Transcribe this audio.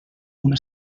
una